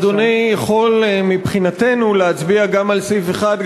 אדוני יכול מבחינתנו להצביע גם על סעיף 1,